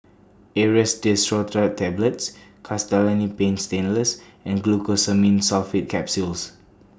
Aerius DesloratadineTablets Castellani's Paint Stainless and Glucosamine Sulfate Capsules